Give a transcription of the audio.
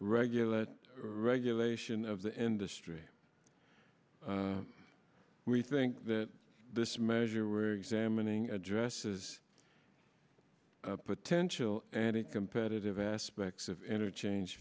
regular regulation of the industry we think that this measure were examining addresses potential anticompetitive aspects of interchange